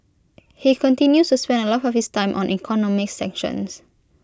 he continues to spend A lot of his time on economic sanctions